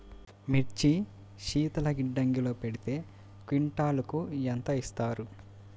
మిర్చి శీతల గిడ్డంగిలో పెడితే క్వింటాలుకు ఎంత ఇస్తారు?